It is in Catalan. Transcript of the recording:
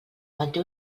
manté